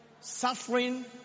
suffering